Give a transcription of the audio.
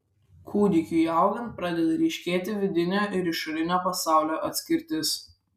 kūdikiui augant pradeda ryškėti vidinio ir išorinio pasaulio atskirtis